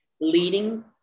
leading